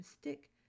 stick